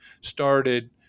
started